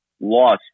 lost